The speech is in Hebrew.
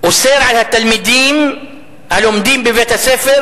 אוסר על התלמידים הלומדים בבית-הספר